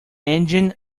engine